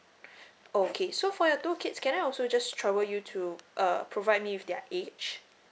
oh okay so for your two kids can I also just trouble you to uh provide me with their age